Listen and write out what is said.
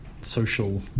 social